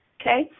Okay